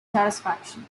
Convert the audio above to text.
satisfaction